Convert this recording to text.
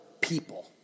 people